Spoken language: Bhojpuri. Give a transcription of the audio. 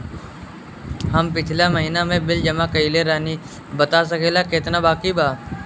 हम पिछला महीना में बिल जमा कइले रनि अभी बता सकेला केतना बाकि बा?